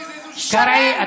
שרן, גם